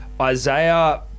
Isaiah